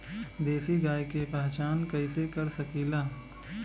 देशी गाय के पहचान कइसे कर सकीला?